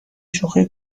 شوخی